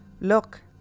look